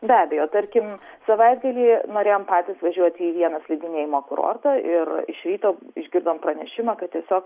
be abejo tarkim savaitgalį norėjom patys važiuoti į vieną slidinėjimo kurortą ir iš ryto išgirdom pranešimą kad tiesiog